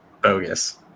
bogus